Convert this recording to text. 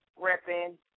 repping